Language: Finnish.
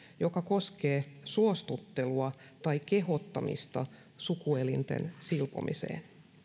joka koskee suostuttelua tai kehottamista sukuelinten silpomiseen